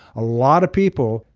a lot of people,